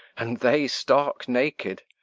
and they stark naked?